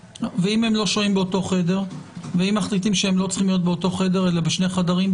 ואם מחליטים שהם לא צריכים להיות באותו חדר אלא בשני חדרים?